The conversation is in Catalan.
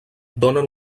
donen